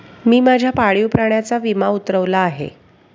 मी माझ्या पाळीव प्राण्याचा विमा उतरवला आहे